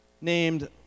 named